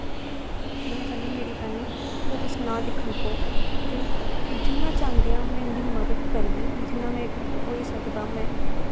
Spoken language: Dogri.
ते मैं चाह्न्नी मेरी भैनें ओह् किश ना दिक्खन पौह्ग ते जिन्ना चांह्दियां में उंदी मदद करगी जिन्ना मेरे कोलूं होई सकदा मैं